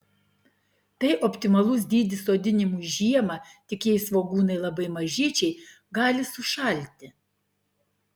tai optimalus dydis sodinimui žiemą tik jei svogūnai labai mažyčiai gali sušalti